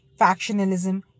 Factionalism